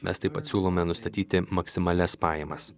mes taip pat siūlome nustatyti maksimalias pajamas